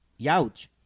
Youch